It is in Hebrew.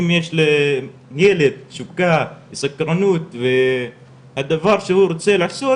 אם יש לילד תשוקה וסקרנות והדבר שהוא רוצה לעשות,